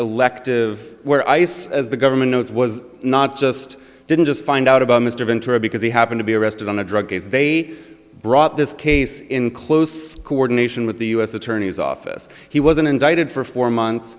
elective where ice as the government knows was not just didn't just find out about mr ventura because he happened to be arrested on a drug case they brought this case in close coordination with the u s attorney's office he wasn't indicted for four months